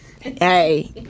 Hey